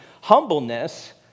humbleness